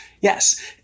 Yes